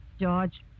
George